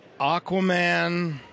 Aquaman